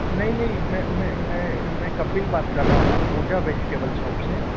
नहीं नहीं मै मै मैं मैं कपिल बात कर रहा हूँ पूजा बेजिटेबल सॉप से